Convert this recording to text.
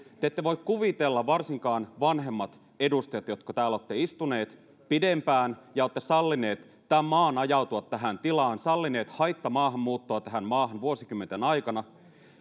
te ette voi kuvitella varsinkaan vanhemmat edustajat jotka täällä olette istuneet pidempään ja olette sallineet tämän maan ajautua tähän tilaan sallineet haittamaahanmuuttoa tähän maahan vuosikymmenten aikana